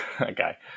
Okay